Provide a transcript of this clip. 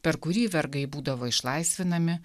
per kurį vergai būdavo išlaisvinami